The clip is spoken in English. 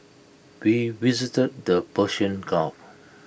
we visited the Persian gulf